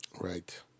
Right